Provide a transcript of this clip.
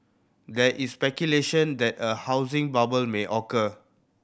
there is speculation that a housing bubble may occur